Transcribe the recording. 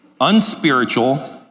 unspiritual